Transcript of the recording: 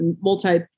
multi